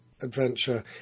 adventure